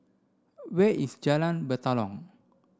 where is Jalan Batalong